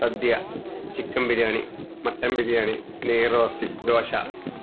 സദ്യ chicken biryani mutton biryani നെയ് roast dosa